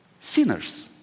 sinners